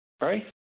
Right